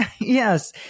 Yes